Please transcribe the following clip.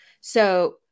So-